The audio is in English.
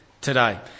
today